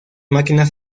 máquinas